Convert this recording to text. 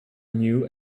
new